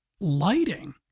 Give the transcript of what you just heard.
lighting